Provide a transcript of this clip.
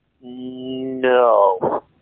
No